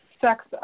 sex